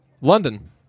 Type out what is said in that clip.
London